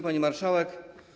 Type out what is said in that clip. Pani Marszałek!